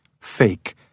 Fake